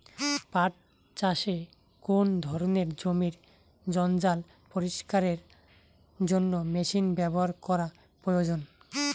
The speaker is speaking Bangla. পাট চাষে কোন ধরনের জমির জঞ্জাল পরিষ্কারের জন্য মেশিন ব্যবহার করা প্রয়োজন?